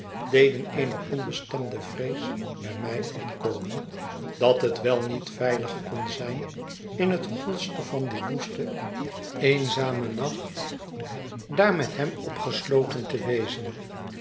deden eene onbestemde vrees bij mij opkomen dat het wel niet veilig kon zijn in het holstevan dien woesten eenzamen nacht daar met hem opgesloten te wezen